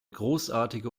großartige